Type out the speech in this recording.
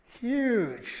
huge